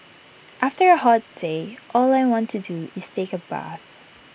after A hot day all I want to do is take A bath